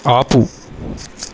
ఆపు